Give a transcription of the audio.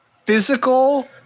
physical